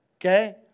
okay